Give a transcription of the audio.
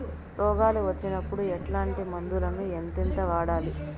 రోగాలు వచ్చినప్పుడు ఎట్లాంటి మందులను ఎంతెంత వాడాలి?